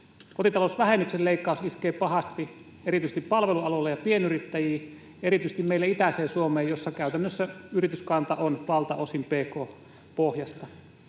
Kotitalousvähennyksen leikkaus iskee pahasti erityisesti palvelualoille ja pienyrittäjiin, erityisesti meille itäiseen Suomeen, missä käytännössä yrityskanta on valtaosin pk-pohjaista.